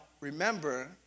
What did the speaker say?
remember